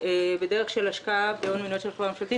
בדרך של השקעה בהון מניות של חברה ממשלתית